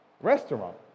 Restaurant